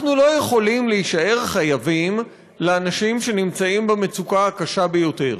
אנחנו לא יכולים להישאר חייבים לאנשים שנמצאים במצוקה הקשה ביותר.